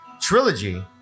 Trilogy